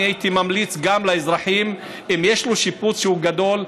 אני הייתי ממליץ גם לאזרחים: אם יש לו שיפוץ שהוא גדול,